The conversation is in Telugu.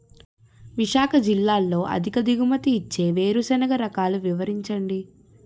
విశాఖ జిల్లాలో అధిక దిగుమతి ఇచ్చే వేరుసెనగ రకాలు వివరించండి?